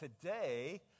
today